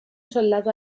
soldado